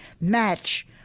Match